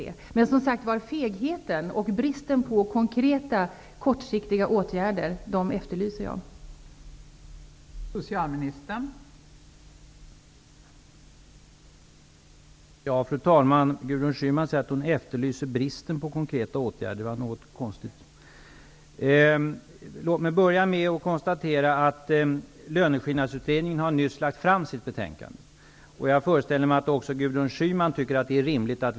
Beträffande fegheten och bristen på konkreta kortsiktiga åtgärder efterlyser jag bristen på konkreta åtgärder.